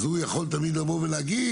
אז הוא תמיד יכול לבוא ולהגיד